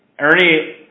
Ernie